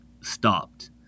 stopped